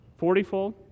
Fortyfold